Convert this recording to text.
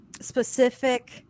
specific